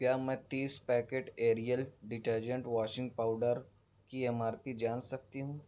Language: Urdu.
کیا میں تیس packet Ariel detergent washing powder کی ایم آر پی جان سکتی ہوں